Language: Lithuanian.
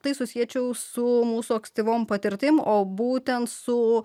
tai susiečiau su mūsų ankstyvom patirtim o būtent su